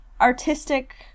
artistic